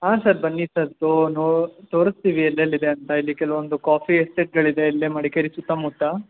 ಹಾಂ ಸರ್ ಬನ್ನಿ ಸರ್ ತೋ ನೋ ತೋರಿಸ್ತೀವಿ ಎಲ್ಲೆಲ್ಲಿದೆ ಅಂತ ಇಲ್ಲಿ ಕೆಲವೊಂದು ಕಾಫಿ ಎಸ್ಟೇಟ್ಗಳಿದೆ ಇಲ್ಲೇ ಮಡಿಕೇರಿ ಸುತ್ತಮುತ್ತ